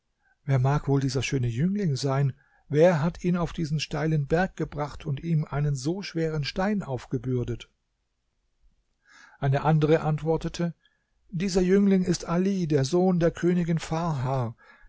wer mag wohl dieser schöne jüngling sein wer hat ihn auf diesen steilen berg gebracht und ihm einen so schweren stein aufgebürdet eine andere antwortete dieser jüngling ist ali der sohn der königin farha